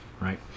right